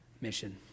mission